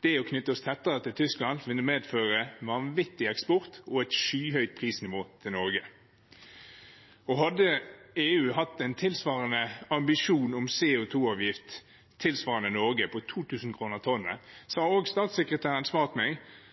Det å knytte oss tettere til Tyskland vil medføre vanvittig eksport og et skyhøyt prisnivå i Norge. Hadde EU hatt en ambisjon om en CO 2 -avgift tilsvarende Norges, på 2 000 kr per tonn, har statssekretæren svart meg